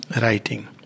writing